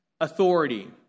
authority